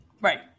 right